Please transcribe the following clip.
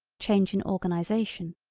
change in organization.